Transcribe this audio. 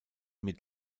mit